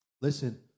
Listen